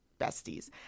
besties